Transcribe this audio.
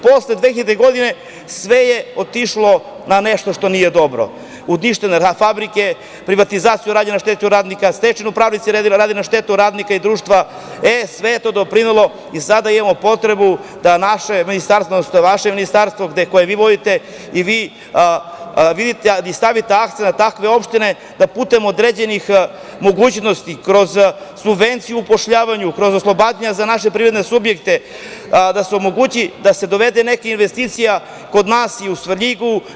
Posle 2000. godine sve je otišlo na nešto što nije dobro – uništene su fabrike, privatizacija je urađena na štetu radnika, stečajni upravnici su radili na štetu radnika i društva, a sve je to doprinelo tome da sada imamo potrebu da vaše ministarstvo koje vi vodite i vi sada stavite akcenat na takve opštine i da putem određenih mogućnosti, kroz subvenciju u upošljavanju, kroz oslobađanja za naše privredne subjekte, da se omogući da se dovede neka investicija kod nas u Svrljigu.